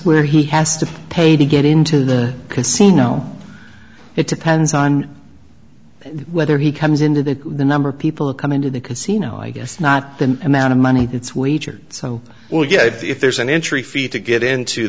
where he has to pay to get into the casino it depends on whether he comes into that the number of people coming to the casino i guess not the amount of money it's wagered so well yeah if there's an entry fee to get into